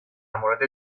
مورد